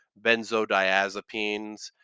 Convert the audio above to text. benzodiazepines